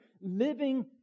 living